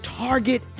target